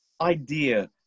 idea